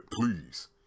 please